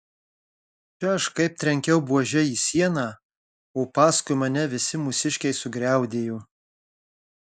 čia aš kaip trenkiau buože į sieną o paskui mane visi mūsiškiai sugriaudėjo